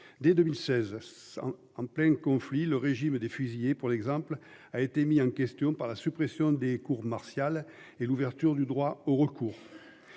dès 2016. En plein conflit le régime des fusillés pour l'exemple, a été mis en question par la suppression des cours martiales et l'ouverture du droit au recours.